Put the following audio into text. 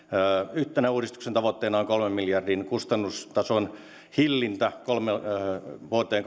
yhtenä uudistuksen tavoitteena on kolmen miljardin kustannustason hillintä vuoteen